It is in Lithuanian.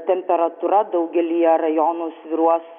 temperatūra daugelyje rajonų svyruos